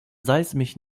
seismisch